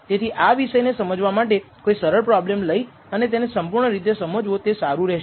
તેથી આ વિષયને સમજવા માટે કોઇ સરળ પ્રોબ્લેમ લઈ અને તેને સંપૂર્ણ રીતે સમજવો તે સારું રહેશે